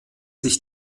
sich